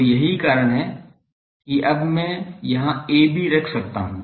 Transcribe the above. तो यही कारण है कि अब मैं यहां AB रख सकता हूं